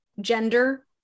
gender